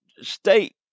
state